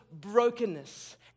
brokenness